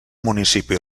municipi